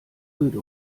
öde